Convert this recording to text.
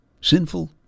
Sinful